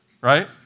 right